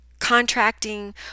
contracting